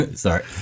Sorry